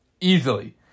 easily